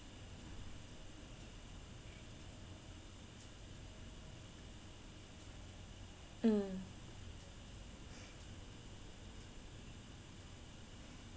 mm